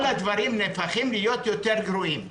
כל הדברים נהפכים להיות גרועים יותר.